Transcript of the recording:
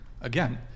again